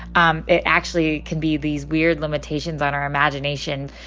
um it actually can be these weird limitations on our imagination.